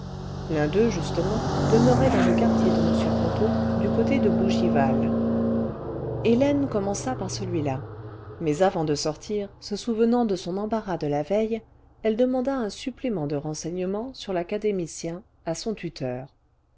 l'un d'eux justement demeurait clans le quartier de m ponto du côté de bougival hélène commença par celui-là mais avant de sortir se souvenant de son embarras de la veille elle demanda un supplément cle renseignements sur l'académicien à son tuteur